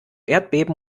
erdbeben